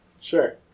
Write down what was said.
Sure